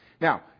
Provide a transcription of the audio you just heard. Now